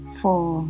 four